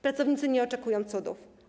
Pracownicy nie oczekują cudów.